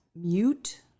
mute